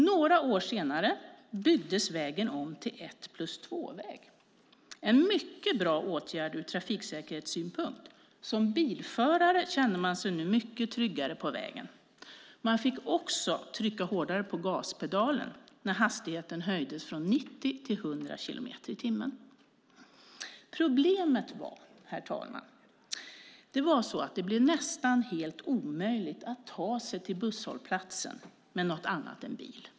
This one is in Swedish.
Några år senare byggdes vägen om till två-plus-ett-väg - en mycket bra åtgärd från trafiksäkerhetssynpunkt. Som bilförare kände man sig nu mycket tryggare på vägen. Man fick också trycka hårdare på gaspedalen när hastigheten höjdes från 90 till 100 kilometer i timmen. Men problemet, herr talman, var att det blev nästan helt omöjligt att ta sig till bussomstigningsplatsen på annat sätt än med bil.